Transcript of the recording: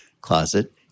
closet